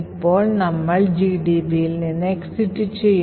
ഇപ്പോൾ നമ്മൾ GDBയിൽ നിന്ന് exit ചെയ്യും